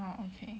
oh okay